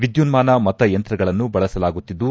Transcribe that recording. ವಿದ್ದುನ್ನಾನ ಮತ ಯಂತ್ರಗಳು ಬಳಸಲಾಗುತ್ತಿದ್ದು